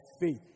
faith